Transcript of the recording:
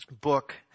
book